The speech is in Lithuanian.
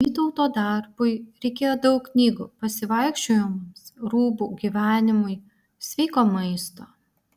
vytauto darbui reikėjo daug knygų pasivaikščiojimams rūbų gyvenimui sveiko maisto